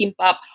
kimbap